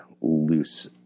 loose